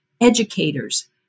educators